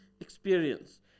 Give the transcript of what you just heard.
experience